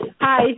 Hi